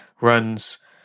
runs